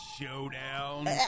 showdown